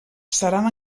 seran